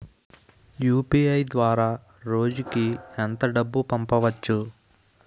UPI ద్వారా రోజుకి ఎంత డబ్బు పంపవచ్చు?